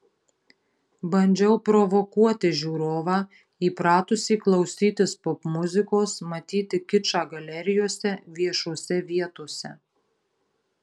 bandžiau provokuoti žiūrovą įpratusį klausytis popmuzikos matyti kičą galerijose viešose vietose